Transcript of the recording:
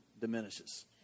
diminishes